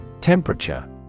Temperature